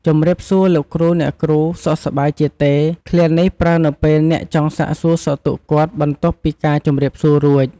ជម្រាបសួរលោកគ្រូ អ្នកគ្រូ សុខសប្បាយជាទេ? ឃ្លានេះប្រើនៅពេលអ្នកចង់សាកសួរសុខទុក្ខគាត់បន្ទាប់ពីការជំរាបសួររួច។